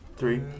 Three